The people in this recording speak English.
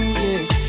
yes